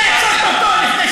זה ה"טוז" או ה"מרחבא"?